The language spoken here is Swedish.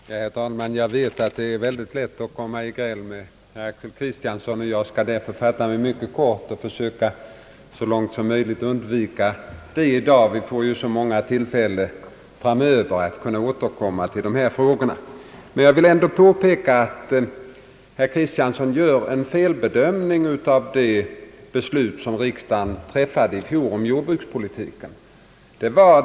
Herr talman! Jag vet att det är mycket lätt att komma i gräl med herr Axel Kristiansson, och jag skall därför försöka undvika det i dag och fatta mig mycket kort. Vi får så många tillfällen framöver att återkomma till dessa frågor. Jag vill ändå påpeka att herr Kristiansson gör en felbedömning av det beslut riksdagen träffade i fjol om jordbrukspolitiken.